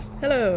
Hello